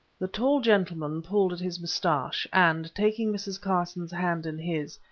the tall gentleman pulled at his moustache, and, taking mrs. carson's hand in his,